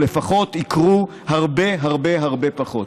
או לפחות יקרו הרבה הרבה הרבה פחות.